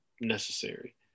necessary